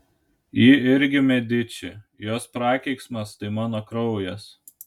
ji irgi mediči jos prakeiksmas tai mano kraujas